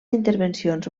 intervencions